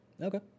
Okay